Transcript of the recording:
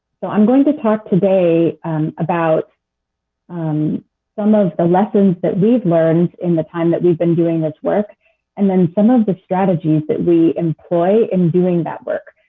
so i am going to talk today about um some of the lessons that we've learned in the time that we've been doing this work and then some of the strategies that we employ in doing that work.